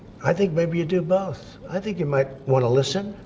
i think maybe you do both. i think you might want to listen.